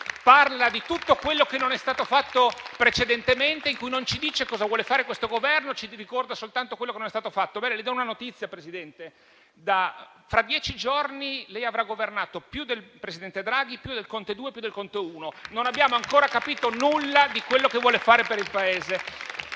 parla di tutto quello che non è stato fatto precedentemente, senza però dire cosa vuole fare questo Governo e ricordando invece soltanto quello che non è stato fatto. Le do una notizia, Presidente: fra dieci giorni, lei avrà governato più del presidente Draghi e più dei Governi Conte 2 e 1, ma non abbiamo ancora capito nulla di quello che vuole fare per il Paese.